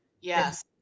Yes